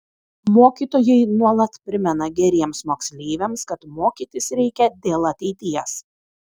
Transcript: mokytojai nuolat primena geriems moksleiviams kad mokytis reikia dėl ateities